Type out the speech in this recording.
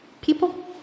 people